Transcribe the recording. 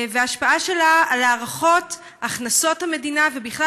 וזו ההשפעה שלה על הערכות הכנסות המדינה ובכלל